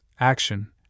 action